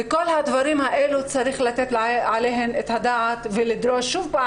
על כל הדברים האלה צריך לתת את הדעת ולדרוש שוב,